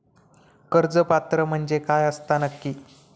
कर्ज पात्र म्हणजे काय असता नक्की?